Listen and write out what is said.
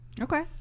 okay